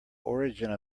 origin